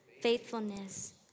faithfulness